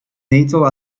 natal